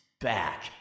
back